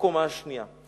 בקומה השנייה.